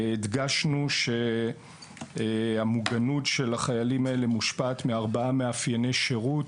הדגשנו שהמוגנות של החיילים האלה מושפעת מארבעה מאפייני שירות: